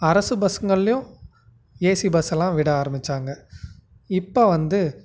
அரசு பஸ்ஸுங்கள்லையும் ஏசி பஸ்ஸெலாம் விட ஆரம்பித்தாங்க இப்போ வந்து